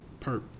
perp